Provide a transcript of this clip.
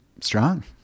strong